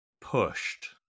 pushed